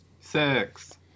Six